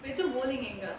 wait so bowling எங்க:enga